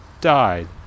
died